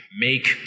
make